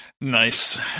Nice